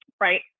right